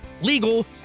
legal